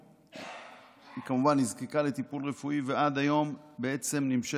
היא כמובן נזקקה לטיפול רפואי, ועד היום נמשכת